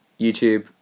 YouTube